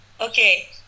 Okay